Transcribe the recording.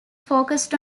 focused